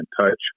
touch